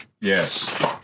Yes